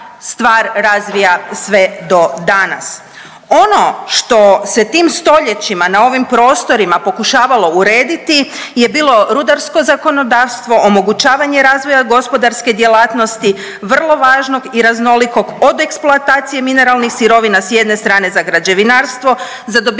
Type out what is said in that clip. stvar razvija sve do danas. Ono što se tim stoljećima na ovim prostorima pokušavalo urediti je bilo rudarsko zakonodavstvo, omogućavanje razvoja gospodarske djelatnosti vrlo važnog i raznolikog, od eksploatacije mineralnih sirovina s jedne strane za građevinarstvo, za dobivanje